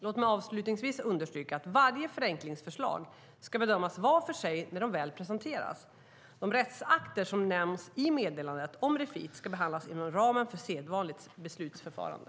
Låt mig avslutningsvis understryka att varje förenklingsförslag ska bedömas vart för sig när det väl presenteras. De rättsakter som nämns i meddelandet om Refit ska behandlas inom ramen för sedvanligt beslutsförfarande.